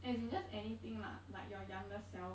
as in just anything lah like your younger self